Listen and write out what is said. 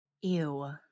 Ew